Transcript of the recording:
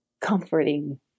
comforting